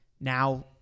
now